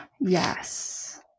Yes